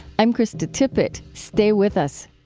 i'm krista tippett. stay with us.